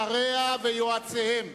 שריה ויועציהם.